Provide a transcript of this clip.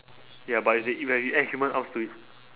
ya but if it like if you add human arms to it